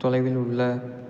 தொலைவில் உள்ள